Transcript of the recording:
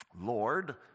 Lord